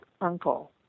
uncle